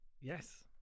Yes